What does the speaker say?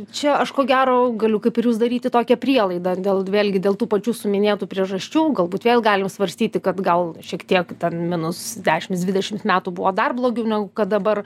čia aš ko gero galiu kaip ir jūs daryti tokią prielaidą dėl vėlgi dėl tų pačių suminėtų priežasčių galbūt vėl galim svarstyti kad gal šiek tiek ten minus dešims dvidešims metų buvo dar blogiau negu kad dabar